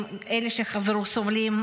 אם אלה שחזרו סובלים?